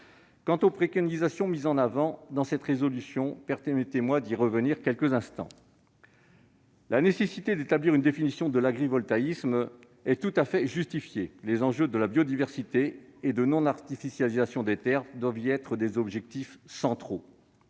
Quant aux préconisations formulées dans cette proposition de résolution, permettez-moi d'y revenir quelques instants. La nécessité de définir l'agrivoltaïsme est tout à fait justifiée : les enjeux de biodiversité et de non-artificialisation des terres doivent être des objectifs centraux.